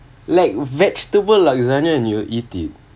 like vegetable lasagna and you eat it